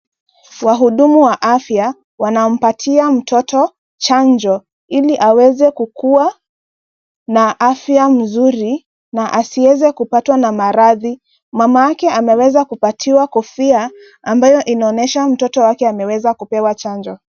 Wahudumu wa afya wanampatia mtoto chanjo ili aweze kukua na afya mzuri na asiweze kupatwa na maradhi. Mamake ameweza kupatiwa kofia ambayo inaonyesha mtoto wake ameweza kupewa chanjo.